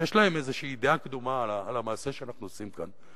שיש להם איזו דעה קדומה על המעשה שאנחנו עושים כאן.